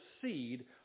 seed